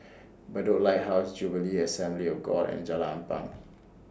Bedok Lighthouse Jubilee Assembly of God and Jalan Ampang